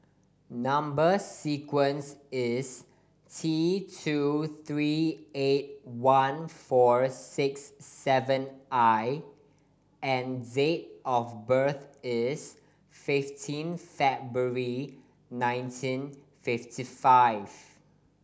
number sequence is T two three eight one four six seven I and date of birth is fifteen February nineteen fifty five